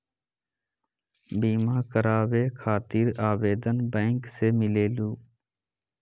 बिमा कराबे खातीर आवेदन बैंक से मिलेलु?